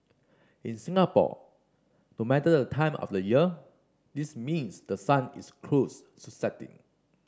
in Singapore no matter the time of the year this means the sun is close to setting